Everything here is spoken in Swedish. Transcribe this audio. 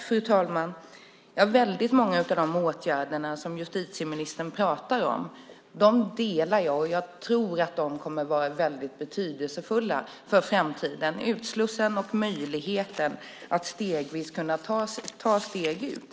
Fru talman! Väldigt många av de åtgärder som justitieministern pratar om håller jag med om, och jag tror att de kommer att vara väldigt betydelsefulla för framtiden, till exempel utslussningen och möjligheten att lite i taget ta steg ut.